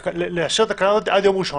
הסעיף היה קיים בתקנות שעת החירום.